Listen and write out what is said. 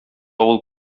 авыл